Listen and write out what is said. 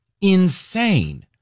insane